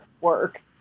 work